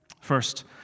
First